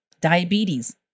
diabetes